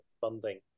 funding